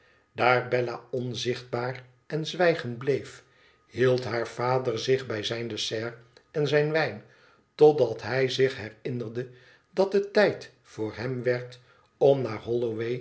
daar bella onzichtbaar en zwijgend bleef hield haar vader zich bij zijn dessert en zijn wijn totdat hij zich herinnerde dat het tijd voor hem werd om naar